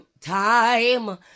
time